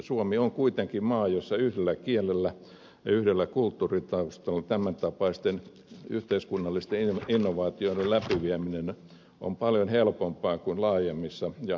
suomi on kuitenkin maa jossa tämäntapaisten yhteiskunnallisten innovaatioiden läpivieminen on yhdellä kielellä ja yhdellä kulttuuritaustalla paljon helpompaa kuin laajemmissa ja heterogeenisemmissa maissa